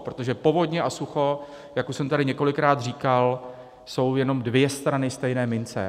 Protože povodně a sucho, jak už jsem tady několikrát říkal, jsou jenom dvě strany stejné mince.